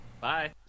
Bye